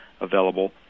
available